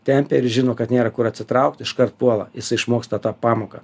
tempia ir žino kad nėra kur atsitraukt iškart puola jisai išmoksta tą pamoką